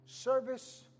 Service